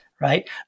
right